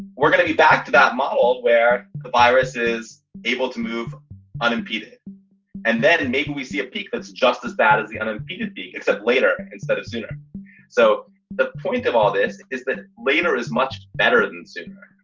we're going to be back to that model where the virus is able to move unimpeded and then and maybe we see a peak that's just as bad as the unimpeded except later instead of sooner so the point of all this is the later is much better than sooner,